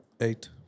Eight